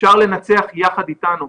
אפשר לנצח יחד אתנו.